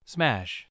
Smash